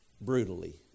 Brutally